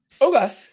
Okay